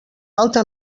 alta